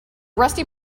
rusty